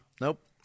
Nope